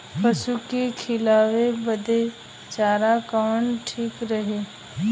पशु के खिलावे बदे चारा कवन ठीक रही?